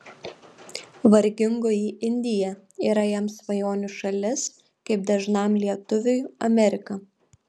vargingoji indija yra jam svajonių šalis kaip dažnam lietuviui amerika